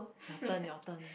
your turn your turn